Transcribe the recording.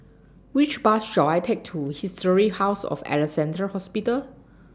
Which Bus should I Take to Historic House of Alexandra Hospital